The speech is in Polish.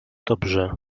dobrze